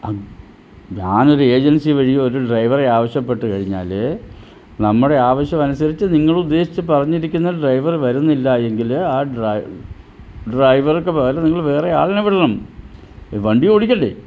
അങ്ങ് ഞാനൊരു ഏജൻസി വഴി ഒരു ഡ്രൈവറെ ആവശ്യപ്പെട്ട് കഴിഞ്ഞാൽ നമ്മുടെ ആവശ്യം അനുസരിച്ച് നിങ്ങൾ ഉദ്ദേശിച്ച് പറഞ്ഞിരിക്കുന്ന ഡ്രൈവറ് വരുന്നില്ല എങ്കിൽ ആ ഡ്രൈ ഡ്രൈവർക്ക് പകരം നിങ്ങൾ വേറെ ആളിനെ വിടണം വണ്ടി ഓടിക്കണ്ടേ